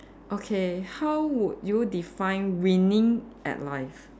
okay how would you define winning at life